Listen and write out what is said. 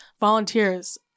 volunteers